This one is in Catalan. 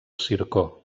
zircó